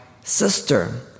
sister